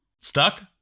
Stuck